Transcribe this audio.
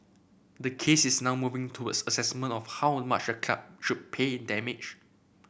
the case is now moving towards assessment of how much the club should pay in damage